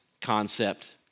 concept